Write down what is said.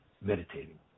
meditating